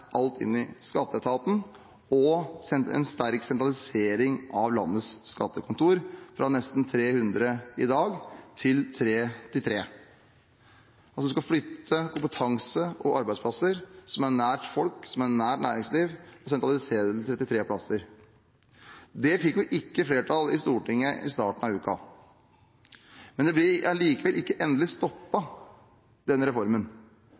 alt inn i skatteetaten og få en sterk sentralisering av landets skattekontorer, fra nesten 300 i dag til 33. Man skal altså flytte kompetanse og arbeidsplasser som er nært folk, som er nært næringsliv, og sentralisere det til 33 plasser. Det fikk vel ikke flertall i Stortinget i starten av uken, men reformen blir likevel ikke endelig